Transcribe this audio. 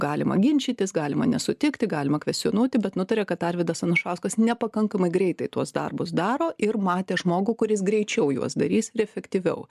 galima ginčytis galima nesutikti galima kvestionuoti bet nutarė kad arvydas anušauskas nepakankamai greitai tuos darbus daro ir matė žmogų kuris greičiau juos darys ir efektyviau